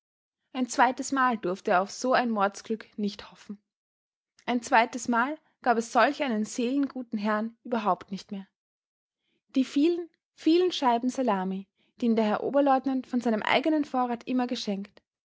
ein zweites mal durfte er auf so ein mordsglück nicht hoffen ein zweites mal gab es solch einen seelenguten herrn überhaupt nicht mehr die vielen vielen scheiben salami die ihm der herr oberleutnant von seinem eigenen vorrat immer geschenkt